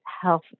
health